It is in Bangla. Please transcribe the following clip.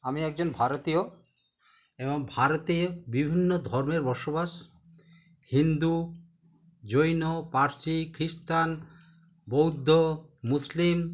আমি একজন ভারতীয় এবং ভারতে বিভিন্ন ধর্মের বসবাস হিন্দু জৈন পারসিক খ্রিস্টান বৌদ্ধ মুসলিম